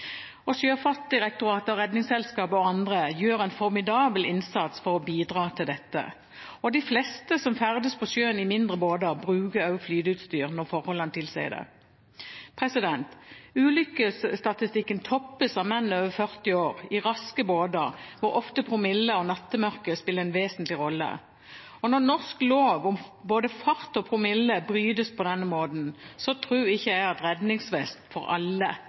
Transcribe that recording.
gått ned. Sjøfartsdirektoratet, Redningsselskapet og andre gjør en formidabel innsats for å bidra til dette. De fleste som ferdes på sjøen i mindre båter, bruker flyteutstyr når forholdene tilsier det. Ulykkesstatistikken toppes av menn over 40 år i raske båter, hvor ofte promille og nattemørke spiller en vesentlig rolle. Når norsk lov om både fart og promille brytes på denne måten, tror ikke jeg at redningsvest for alle